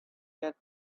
get